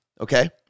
Okay